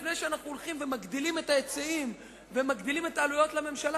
לפני שאנחנו הולכים ומגדילים את ההיצעים ומגדילים את העלויות לממשלה,